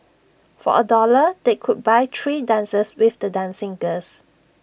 for A dollar they could buy three dances with the dancing girls